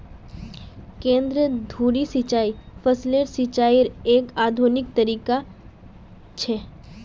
केंद्र धुरी सिंचाई फसलेर सिंचाईयेर एक आधुनिक तरीका छ